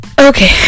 okay